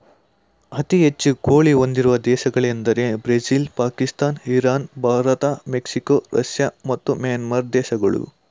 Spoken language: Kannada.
ಅತಿ ಹೆಚ್ಚು ಕೋಳಿ ಹೊಂದಿರುವ ದೇಶಗಳೆಂದರೆ Brazil Pakistan Iran Bharat Mexico Russia ಮತ್ತು ಮ್ಯಾನ್ಮಾರ್ ದೇಶಗಳು